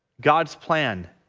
god's planned